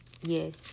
yes